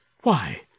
Why